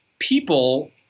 People